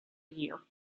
year